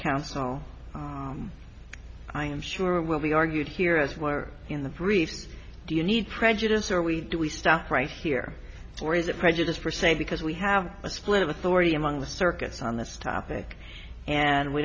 counsel i'm sure it will be argued here as we're in the briefs you need prejudiced are we do we stop right here or is it prejudice per se because we have a split of authority among the circuits on this topic and we